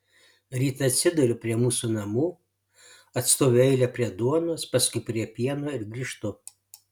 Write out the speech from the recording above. rytą atsiduriu prie mūsų namų atstoviu eilę prie duonos paskui prie pieno ir grįžtu